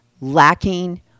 lacking